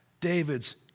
David's